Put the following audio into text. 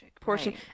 portion